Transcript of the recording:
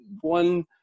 one